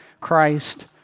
Christ